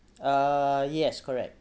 uh yes correct